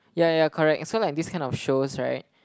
ya ya ya correct so like this kind of shows right